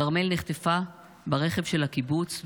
כרמל נחטפה ברכב של הקיבוץ,